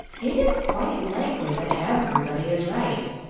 it is quite likely that everybody is right.